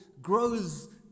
grows